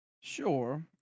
Sure